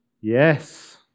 Yes